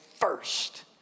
first